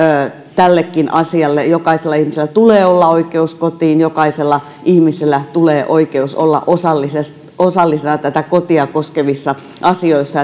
tällekin asialle jokaisella ihmisellä tulee olla oikeus kotiin jokaisella ihmisellä tulee olla oikeus olla osallisena kotia koskevissa asioissa